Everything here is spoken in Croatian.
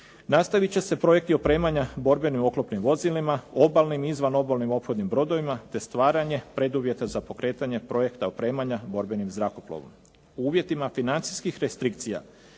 Nastavit će se projekti opremanja borbenim oklopnim vozilima, obalnim i izvanobalnim ophodnim brodovima, te stvaranje preduvjeta za pokretanje projekta opremanja borbenim zrakoplovom. U uvjetima financijskih restrikcija